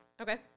Okay